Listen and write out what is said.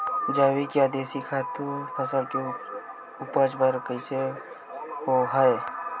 जैविक या देशी खातु फसल के उपज बर कइसे होहय?